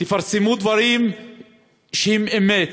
תפרסמו דברים שהם אמת.